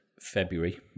February